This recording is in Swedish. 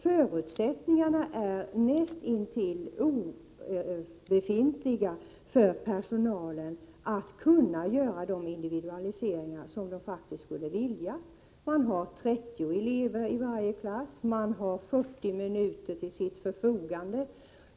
Förutsättningarna för personalen att kunna göra de individualiseringar som man faktiskt skulle vilja är näst intill obefintliga. Man har 30 elever i varje klass. Man har 40 minuter till sitt förfogande.